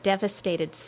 devastated